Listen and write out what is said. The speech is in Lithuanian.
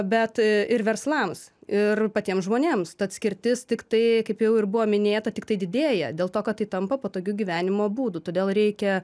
bet ir verslams ir patiems žmonėms tad skirtis tik tai kaip jau ir buvo minėta tiktai didėja dėl to kad tai tampa patogiu gyvenimo būdu todėl reikia